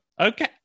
Okay